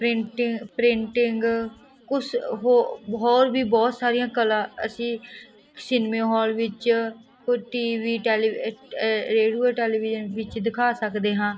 printing printing ਕੁਛ ਹੋ ਹੋਰ ਵੀ ਬਹੁਤ ਸਾਰੀਆਂ ਕਲਾ ਅਸੀਂ ਸਿਨਮਾ ਹਾਲ ਵਿੱਚ ਕੋਈ ਟੀਵੀ ਟੈਲੀ ਰੇਡੀਓ ਟੈਲੀਵਿਜ਼ਨ ਵਿੱਚ ਦਿਖਾ ਸਕਦੇ ਹਾਂ